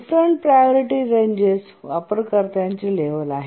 different priority ranges वापरकर्त्याचे level आहेत